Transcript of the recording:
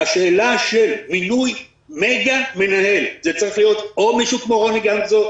השאלה של מינוי מגה מנהל זה צריך להיות או מישהו כמו רוני גמזו,